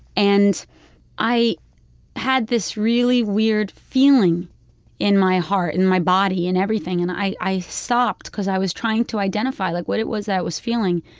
and i had this really weird feeling in my heart, in my body, and everything. and i i stopped because i was trying to identify, like, what it was that i was feeling.